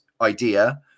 idea